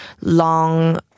long